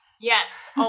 Yes